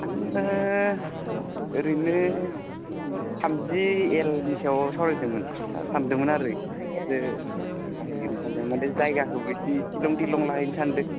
आंबो ओरैनो थामजि एलनि सायाव सावरायनो सानदोंमोन आरो जाहैगोन सानदों मानि जायगाखौबो इसे सिलं थिलं लाहैनो सानदों